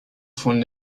von